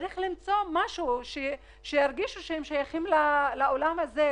צריך למצוא משהו כדי להראות להם שהם שייכים לעולם הזה,